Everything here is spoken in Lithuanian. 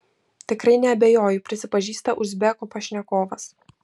tikrai neabejoju prisipažįsta uzbeko pašnekovas